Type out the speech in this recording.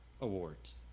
awards